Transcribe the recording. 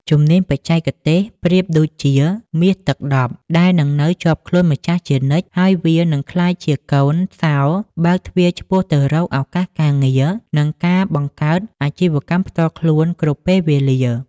ជំនាញបច្ចេកទេសប្រៀបដូចជា «មាសទឹកដប់» ដែលនឹងនៅជាប់ខ្លួនម្ចាស់ជានិច្ច ហើយវានឹងក្លាយជាកូនសោរបើកទ្វារឆ្ពោះទៅរកឱកាសការងារ និងការបង្កើតអាជីវកម្មផ្ទាល់ខ្លួនគ្រប់ពេលវេលា។